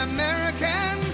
American